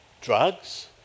drugs